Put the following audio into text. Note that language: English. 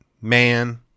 man